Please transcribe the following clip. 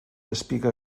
espiga